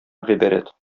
гыйбарәт